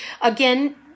Again